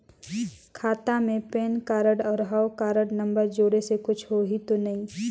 खाता मे PAN card और हव कारड नंबर जोड़े से कुछ होही तो नइ?